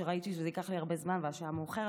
שראיתי שזה ייקח לי הרבה זמן והשעה מאוחרת,